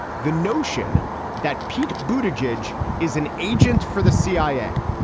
the notion that pete bhuta jej jej is an agent for the cia.